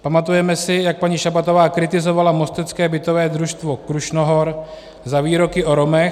Pamatujeme si, jak paní Šabatová kritizovala mostecké bytové družstvo Krušnohor za výroky o Romech.